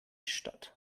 statt